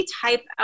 type